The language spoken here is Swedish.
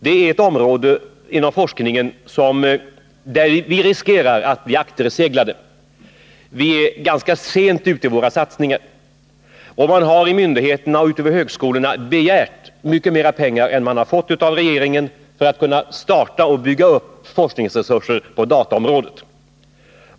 Det är ett område inom forskningen där vi riskerar att bli akterseglade. Vi är ganska sent ute i våra satsningar, och myndigheterna och högskolorna har begärt mycket mer pengar än de får enligt regeringens förslag för att starta och bygga upp forskningsresurser på dataområdet.